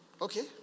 okay